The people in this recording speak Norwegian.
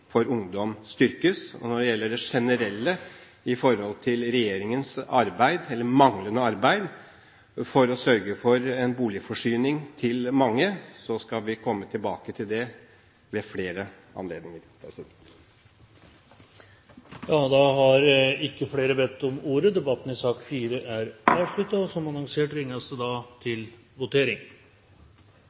for ungdom styrkes. Når det gjelder det generelle i forhold til regjeringens arbeid, eller manglende arbeid, for å sørge for en boligforsyning til mange, skal vi komme tilbake til det ved flere anledninger. Flere har ikke om ordet til sak nr. 4. Som annonsert vil det nå bli ringt til votering.